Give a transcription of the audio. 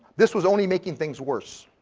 this was only making things worse.